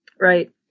Right